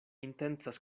intencas